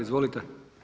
Izvolite.